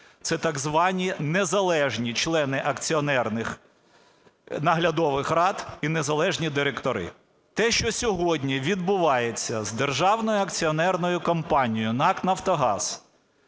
це так звані незалежні члени акціонерних наглядових рад і незалежні директори. Те, що сьогодні відбувається з державною акціонерною компанією НАК "Нафтогаз",